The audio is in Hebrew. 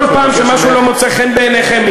כל פעם שמשהו לא מוצא חן בעיניכם,